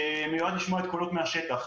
שמיועד לשמוע את הקולות מהשטח.